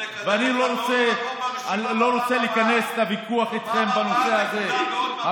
ואני לא רוצה להיכנס לוויכוח איתכם בנושא הזה.